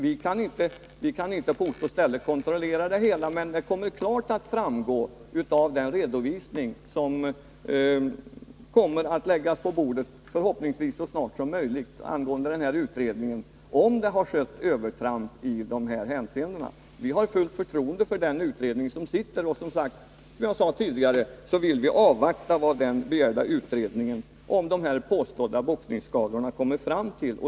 Vi kan inte på ort och ställe kontrollera tillämpningen, men det kommer klart att framgå av den redovisning som förhoppningsvis så snart som möjligt skall läggas på bordet av utredningen, om det har skett övertramp i aktuella hänseenden. Vi har fullt förtroende för den utredning som pågår, och vi vill, som jag sagt tidigare, avvakta vad undersökningen av de påstådda boxningsskadorna kommer fram till.